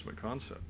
concept